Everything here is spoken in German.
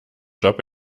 job